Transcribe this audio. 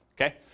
Okay